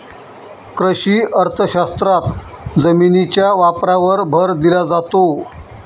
कृषी अर्थशास्त्रात जमिनीच्या वापरावर भर दिला जातो